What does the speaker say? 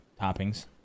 toppings